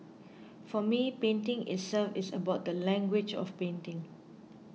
for me painting itself is about the language of painting